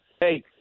hey